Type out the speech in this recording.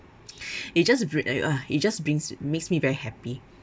it just bri~ uh uh it just brings makes me very happy